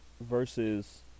versus